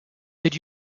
did